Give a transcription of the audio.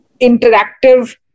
interactive